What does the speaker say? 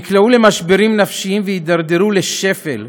נקלעו למשברים נפשיים והתדרדרו לשפל.